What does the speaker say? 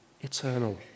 eternal